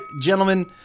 gentlemen